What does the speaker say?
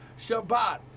Shabbat